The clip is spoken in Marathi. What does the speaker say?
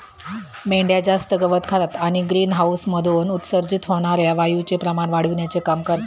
मेंढ्या जास्त गवत खातात आणि ग्रीनहाऊसमधून उत्सर्जित होणार्या वायूचे प्रमाण वाढविण्याचे काम करतात